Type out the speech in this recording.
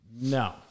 no